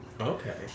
Okay